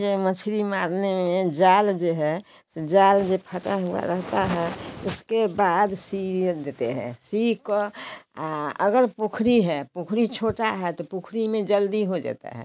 जब मछली मारने जाल जे है से जाल जे फटा हुआ रहता है उसके बाद सिए देते हैं सी क अगर पोखरी है पोखरी छोटा है तो पोखरी में जल्दी हो जाता है